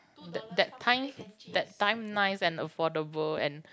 that time that time nice and affordable and